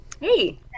Hey